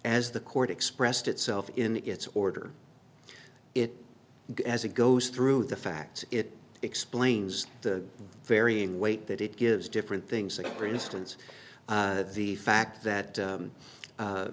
as the court expressed itself in its order it as it goes through the facts it explains the varying weight that it gives different things like for instance the fact that